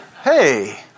hey